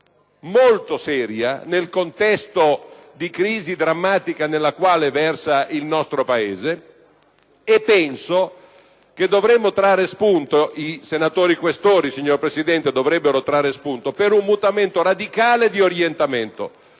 e seria nel contesto di crisi drammatica nella quale versa il nostro Paese e che sia noi sia i senatori Questori, signor Presidente, dovremmo tutti trarne spunto per un mutamento radicale di orientamento.